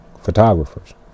photographers